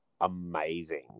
amazing